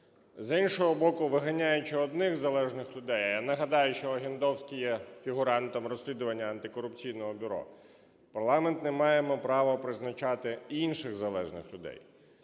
З іншого боку, виганяючи одних залежних людей, а я нагадаю, що Охендовський є фігурантом розслідування Антикорупційного бюро, парламент не має права призначати інших залежних людей.